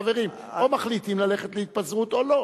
חברים: או מחליטים ללכת להתפזרות או לא.